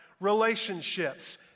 relationships